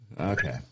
Okay